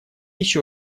еще